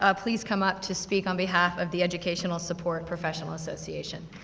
ah please come up to speak on behalf of the educational support professional association.